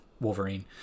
Wolverine